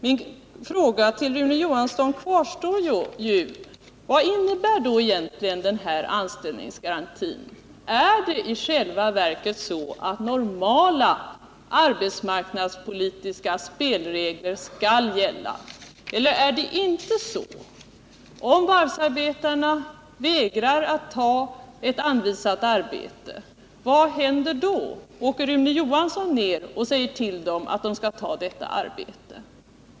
Min fråga till Rune Johansson kvarstår: Vad innebär egentligen anställningsgarantin? Skall i själva verket normala arbetsmarknadspolitiska spelregler gälla? Eller är det inte så? Om varvsarbetarna vägrar att ta ett anvisat arbete, vad händer då? Åker Rune Johansson ner och säger till dem att de måste ta detta arbete?